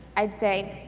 i'd say,